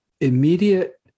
immediate